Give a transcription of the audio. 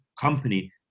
company